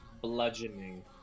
Bludgeoning